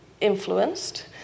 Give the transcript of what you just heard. influenced